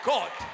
God